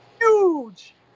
huge